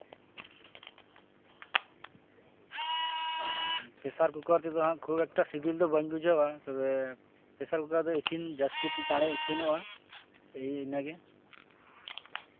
ᱟᱨ ᱯᱮᱥᱟᱨ ᱠᱩᱠᱟᱨ ᱛᱮᱫᱚ ᱠᱷᱩᱵ ᱮᱠᱴᱟ ᱥᱤᱵᱤᱞ ᱫᱚ ᱵᱟᱹᱧ ᱵᱩᱡᱷᱟᱹᱣᱟ ᱛᱚᱵᱮ ᱯᱮᱥᱟᱨ ᱠᱩᱠᱟᱨ ᱛᱮ ᱤᱥᱤᱱ ᱡᱟᱹᱥᱛᱤ ᱛᱮ ᱪᱟᱬ ᱤᱥᱤᱱᱚᱜᱼᱟ ᱮᱭ ᱤᱱᱟᱹᱜᱮ